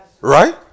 Right